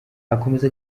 akomeza